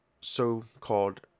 so-called